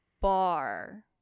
bar